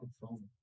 phone